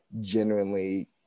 genuinely